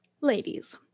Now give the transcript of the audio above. ladies